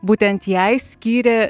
būtent jai skyrė